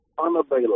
unavailable